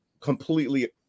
completely